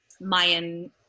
Mayan